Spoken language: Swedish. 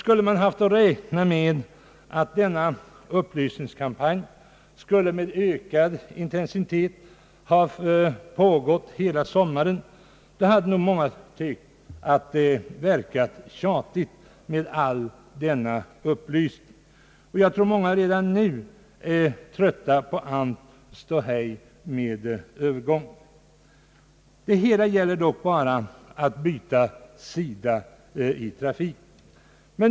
Skulle vi haft att räkna med att denna upplysningskampanj med ökande intensitet pågått hela sommaren, då hade nog många människor tyckt att det hela verkat tjatigt. Jag tror många redan nu är trötta på allt ståhej med övergången. Det gäller dock bara att byta sida i trafiken.